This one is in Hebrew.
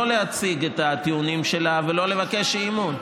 להציג את הטיעונים שלה ולא לבקש אי-אמון.